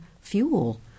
fuel